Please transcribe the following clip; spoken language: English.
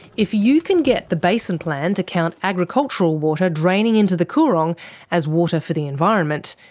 if you can get the basin plan to count agricultural water draining into the coorong as water for the environment,